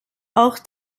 auch